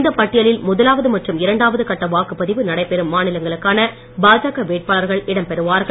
இந்த பட்டியலில் முதலாவது மற்றும் இரண்டாவது கட்ட வாக்குப்பதிவு நடைபெறும் மாநிலங்களுக்கான பாஜக வேட்பாளர்கள் இடம் பெறுவார்கள்